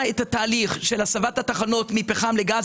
את התהליך של הסבת התחנות מפחם לגז,